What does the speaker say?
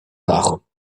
abajo